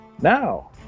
Now